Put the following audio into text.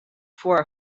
for